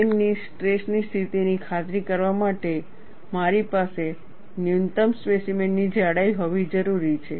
પ્લેનની સ્ટ્રેસની સ્થિતિની ખાતરી કરવા માટે મારી પાસે ન્યૂનતમ સ્પેસીમેનની જાડાઈ હોવી જરૂરી છે